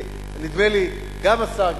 ונדמה לי שגם השר,